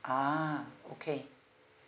ah okay